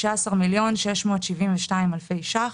16.672 מיליון שקלים.